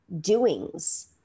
doings